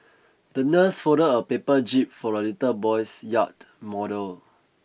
the nurse folded a paper jib for the little boy's yacht model